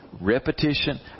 repetition